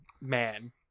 Man